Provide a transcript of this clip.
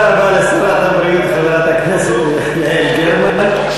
תודה רבה לשרת הבריאות, חברת הכנסת יעל גרמן.